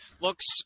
looks